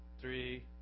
three